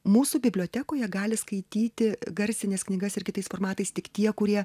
mūsų bibliotekoje gali skaityti garsines knygas ir kitais formatais tik tie kurie